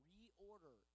Reorder